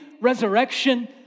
resurrection